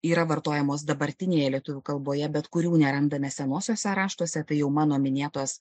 yra vartojamos dabartinėje lietuvių kalboje bet kurių nerandame senuosiuose raštuose tai jau mano minėtos